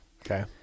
Okay